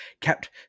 kept